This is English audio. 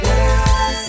Yes